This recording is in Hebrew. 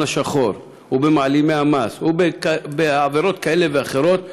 השחור ובמעלימי המס ובעבירות כאלה ואחרות,